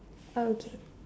okay